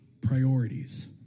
priorities